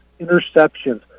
interceptions